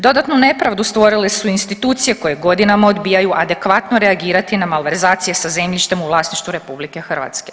Dodatnu nepravdu stvorile su institucije koje godinama odbijaju adekvatno reagirati na malverzacije sa zemljištem u vlasništvu RH.